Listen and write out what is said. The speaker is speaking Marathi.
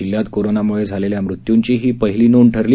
जिल्ह्यात कोरोनामुळे झालेल्या मृत्यूंची ही पहिली नों ठरली